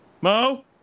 mo